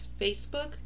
Facebook